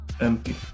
Empty